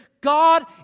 God